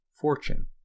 fortune